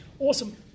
Awesome